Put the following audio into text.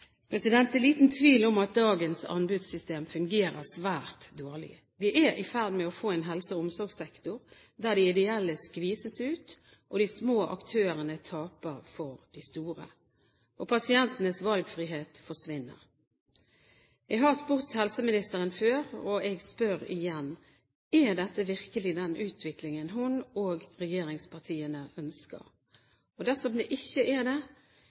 tiår? Det er liten tvil om at dagens anbudssystem fungerer svært dårlig. Vi er i ferd med å få en helse- og omsorgssektor der de ideelle skvises ut, de små aktørene taper for de store, og pasientenes valgfrihet forsvinner. Jeg har spurt helseministeren før, og jeg spør igjen: Er dette virkelig den utviklingen hun og regjeringspartiene ønsker? Dersom det ikke